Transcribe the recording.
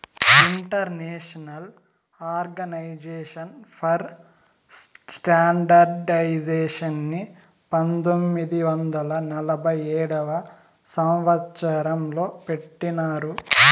international organization for స్టాండర్డయిజేషన్ని పంతొమ్మిది వందల నలభై ఏడవ సంవచ్చరం లో పెట్టినారు